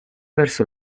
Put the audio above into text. verso